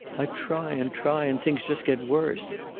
i try and try and things just get worse.